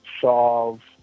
solve